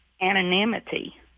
anonymity